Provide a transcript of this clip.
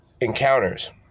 encounters